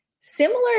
similar